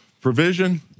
provision